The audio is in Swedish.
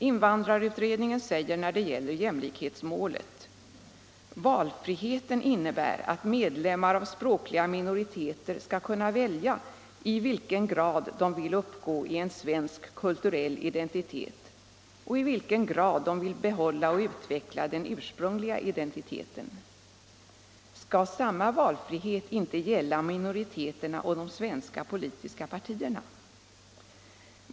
Invandrarutredningen säger när det gäller jämlikhetsmålet: ”Valfriheten innebär att medlemmar av språkliga minoriteter skall kunna välja i vilken grad de vill uppgå i en svensk kulturell identitet, och i vilken grad de vill behålla och utveckla den ursprungliga identiteten.” Skall samma valfrihet inte gälla minoriteterna och de svenska politiska partierna?